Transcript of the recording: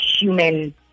human